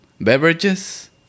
beverages